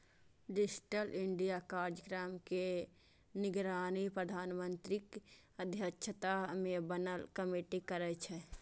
digital India कार्यक्रम के निगरानी प्रधानमंत्रीक अध्यक्षता मे बनल कमेटी करै छै